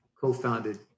co-founded